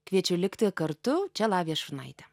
kviečiu likti kartu čia lavija šurnaitė